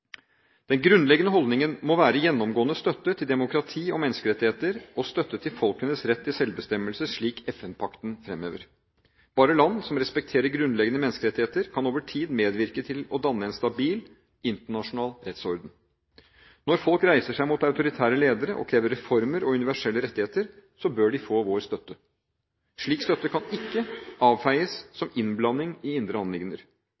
Den grunnleggende holdningen må være gjennomgående støtte til demokrati og menneskerettigheter og støtte til folkenes rett til selvbestemmelse, slik FN-pakten fremhever. Bare land som respekterer grunnleggende menneskerettigheter, kan over tid medvirke til å danne en stabil, internasjonal rettsorden. Når folk reiser seg mot autoritære ledere og krever reformer og universelle rettigheter, bør de få vår støtte. Slik støtte kan ikke avfeies som innblanding i indre anliggender.